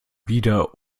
wieder